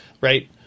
right